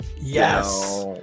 Yes